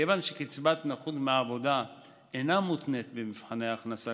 כיוון שקצבת נכות מעבודה אינה מותנית במבחני הכנסה